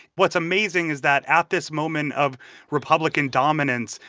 what's amazing is that at this moment of republican dominance,